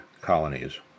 colonies